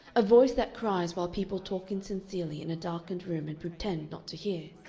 a voice that cries while people talk insincerely in a darkened room and pretend not to hear.